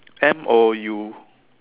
M O U